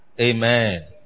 Amen